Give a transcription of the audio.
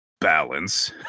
balance